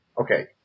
okay